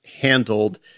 handled